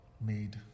made